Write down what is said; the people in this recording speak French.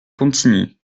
contigny